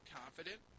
confident